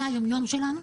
זה היום-יום שלנו.